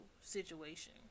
situation